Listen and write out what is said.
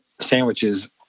sandwiches